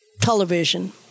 television